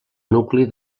nucli